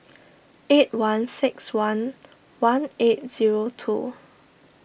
eight one six one one eight zero two